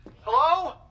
Hello